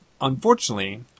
unfortunately